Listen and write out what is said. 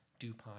DuPont